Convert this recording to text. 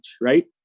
right